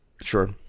Sure